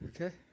Okay